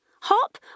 hop